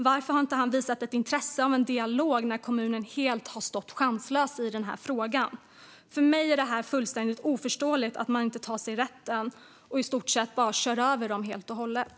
Varför har han inte visat något intresse av en dialog när kommunen har stått helt chanslös i den här frågan? För mig är det fullständigt obegripligt att man tar sig rätten att i stort sett köra över kommunen helt och hållet.